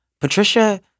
Patricia